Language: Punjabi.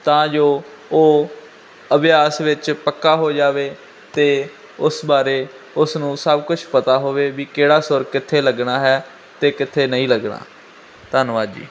ਤਾਂ ਜੋ ਉਹ ਅਭਿਆਸ ਵਿੱਚ ਪੱਕਾ ਹੋ ਜਾਵੇ ਅਤੇ ਉਸ ਬਾਰੇ ਉਸ ਨੂੰ ਸਭ ਕੁਛ ਪਤਾ ਹੋਵੇ ਵੀ ਕਿਹੜਾ ਸੁਰ ਕਿੱਥੇ ਲੱਗਣਾ ਹੈ ਅਤੇ ਕਿੱਥੇ ਨਹੀਂ ਲੱਗਣਾ ਧੰਨਵਾਦ ਜੀ